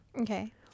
okay